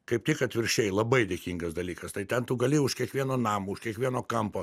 kaip tik atvirkščiai labai dėkingas dalykas tai ten tu gali už kiekvieno namo už kiekvieno kampo